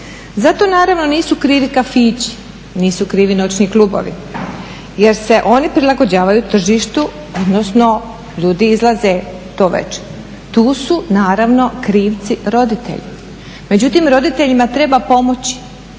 Zato naravno nisu krivi kafići, nisu krivi noćni klubovi jer se oni prilagođavaju tržištu odnosno ljudi izlaze to veće, tu su naravno krivci roditelji. Međutim, roditeljima treba pomoći,